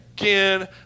again